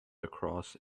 across